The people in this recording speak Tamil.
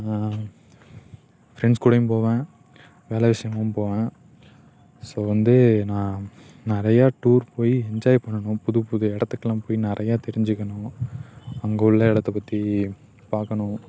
ஃப்ரெண்ட்ஸ் கூடயும் போவேன் வேலை விஷயமாகவும் போவேன் ஸோ வந்து நான் நிறையா டூர் போய் என்ஜாய் பண்ணணும் புது புது இடத்துக்குலாம் போய் நிறையா தெரிஞ்சுக்கணும் அங்கே உள்ள இடத்த பற்றி பார்க்கணும்